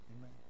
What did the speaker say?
Amen